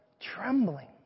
trembling